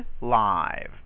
live